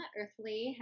earthly